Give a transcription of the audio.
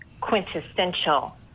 quintessential